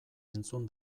entzun